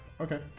okay